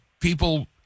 people